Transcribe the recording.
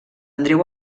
andreu